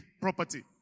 property